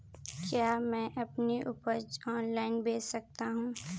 क्या मैं अपनी उपज ऑनलाइन बेच सकता हूँ?